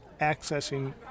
accessing